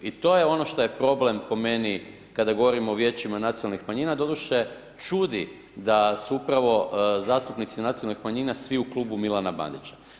I to je ono šta je problem po meni kada govorimo o Vijećima nacionalnih manjima, doduše čudi da su upravo zastupnici nacionalnih manjina svi u Klubu Milana Bandića.